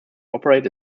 operate